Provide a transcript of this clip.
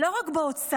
לא רק באוצר.